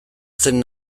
zen